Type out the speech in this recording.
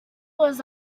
was